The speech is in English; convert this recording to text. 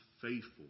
faithful